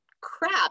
crap